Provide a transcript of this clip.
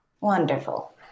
Wonderful